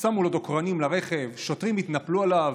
שמו לו דוקרנים לרכב, שוטרים התנפלו עליו.